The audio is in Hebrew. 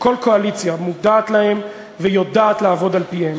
שכל קואליציה מודעת להם ויודעת לעבוד על-פיהם,